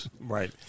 Right